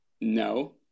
No